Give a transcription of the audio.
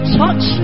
touch